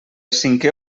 cinquè